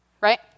Right